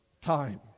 time